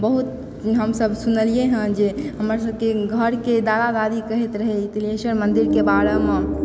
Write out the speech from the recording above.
बहुत हमसभ सुनलियै हँ जे हमर सभके घरके दादा दादी कहैत रहै ई तिलेश्वर मन्दिरके बारेमे